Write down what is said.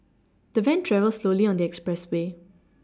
the van travelled slowly on the expressway